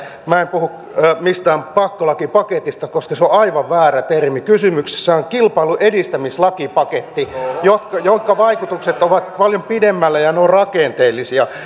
minä en puhu mistään pakkolakipaketista koska se on aivan väärä termi kysymyksessähän on kilpailunedistämislakipaketti jonka vaikutukset ovat paljon pidemmällä ja ne ovat rakenteellisia